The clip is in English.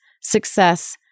success